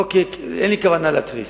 אין לי כוונה להתריס.